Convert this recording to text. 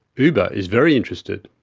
uber is very interested.